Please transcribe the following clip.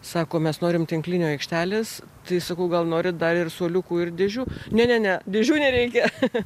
sako mes norim tinklinio aikštelės tai sakau gal norit dar ir suoliukų ir dėžių ne ne ne dėžių nereikia